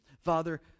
Father